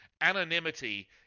anonymity